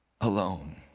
alone